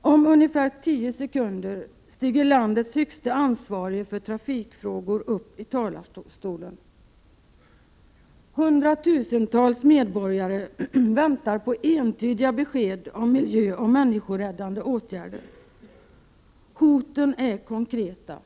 Om ungefär tio sekunder stiger landets högste ansvarige för trafikfrågor upp i talarstolen. Hundratusentals medborgare väntar på entydiga besked om miljöoch människoräddande åtgärder. Hoten är konkreta.